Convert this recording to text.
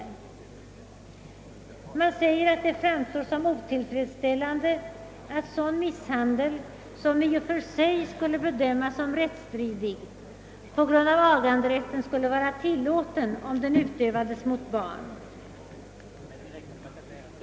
Utskottet säger sålunda att det framstår som otillfredsställande att sådan misshandel som i och för sig skulle bedömas som rättsstridig på grund av aganderätten skulle vara tillåten om den utövas mot barn.